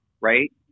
right